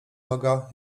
noga